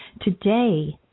Today